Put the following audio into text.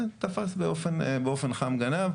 תפס באופן חם גנב.